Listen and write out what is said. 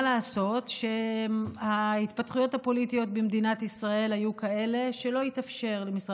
מה לעשות שהתפתחויות הפוליטיות במדינת ישראל היו כאלה שלא התאפשר למשרד